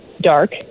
dark